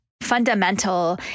fundamental